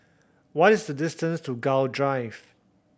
what is the distance to Gul Drive